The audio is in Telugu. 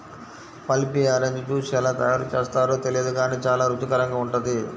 పల్పీ ఆరెంజ్ జ్యూస్ ఎలా తయారు చేస్తారో తెలియదు గానీ చాలా రుచికరంగా ఉంటుంది